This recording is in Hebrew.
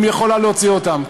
אם היא יכולה להוציא אותם.